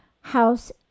House